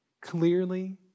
clearly